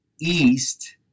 east